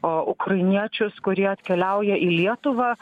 ukrainiečius kurie atkeliauja į lietuvą